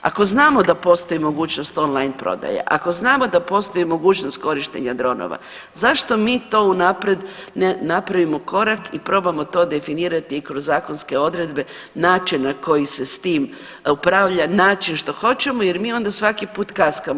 Ako znamo da postoji mogućnost on-line prodaje, ako znamo da postoji mogućnost korištenja dronova zašto mi to unaprijed ne napravimo korak i probamo to definirati kroz zakonske odredbe, načina na koji se s tim upravlja, naći što hoćemo jer onda mi svaki put kaskamo.